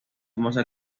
famosa